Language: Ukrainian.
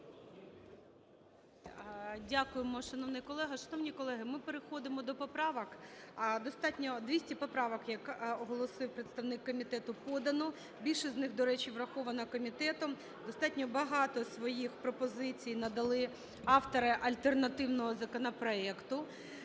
Дякуємо, шановний колего. Шановні колеги, ми переходимо до поправок. Достатньо, 200 поправок, як оголосив представник комітету, подано. Більшість з них, до речі, враховано комітетом. Достатньо багато своїх пропозицій надали автори альтернативного законопроекту.